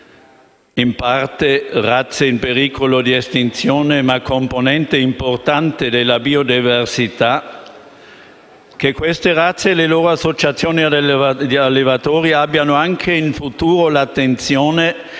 in parte razze in pericolo di estinzione, ma sono una componente importante della biodiversità - affinché esse e le loro associazioni di allevatori abbiano anche in futuro l'attenzione,